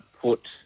put